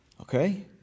Okay